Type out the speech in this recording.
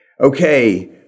okay